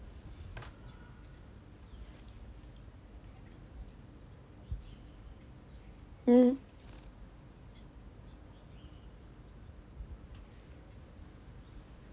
mmhmm